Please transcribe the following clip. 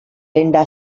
linda